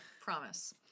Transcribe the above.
promise